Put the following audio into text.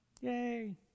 Yay